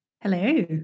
Hello